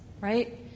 Right